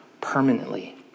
permanently